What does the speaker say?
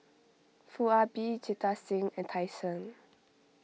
Foo Ah Bee Jita Singh and Tan Shen